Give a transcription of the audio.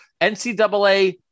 NCAA